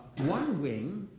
one wing